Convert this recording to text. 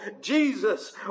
jesus